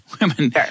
women